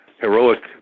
heroic